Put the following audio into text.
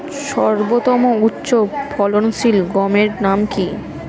সর্বতম উচ্চ ফলনশীল গমের নাম কি?